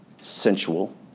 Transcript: sensual